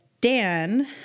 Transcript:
Dan